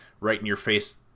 right-in-your-face